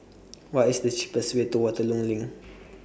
What IS The cheapest Way to Waterloo LINK